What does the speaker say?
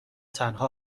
تنها